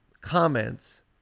comments